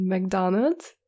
McDonald's